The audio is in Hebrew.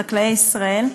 חקלאי ישראל.